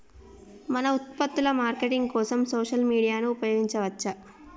మన ఉత్పత్తుల మార్కెటింగ్ కోసం సోషల్ మీడియాను ఉపయోగించవచ్చా?